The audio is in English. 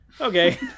Okay